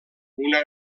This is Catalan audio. una